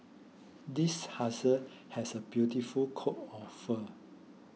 this husky has a beautiful coat of fur